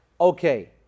okay